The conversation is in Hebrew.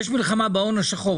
יש מלחמה בהון השחור,